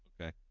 Okay